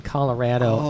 Colorado